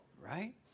Right